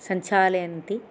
सञ्चालयन्ति